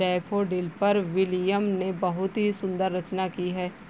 daffodil पर William ने बहुत ही सुंदर रचना की है